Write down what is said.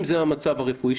אם זה המצב הרפואי,